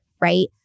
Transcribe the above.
right